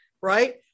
right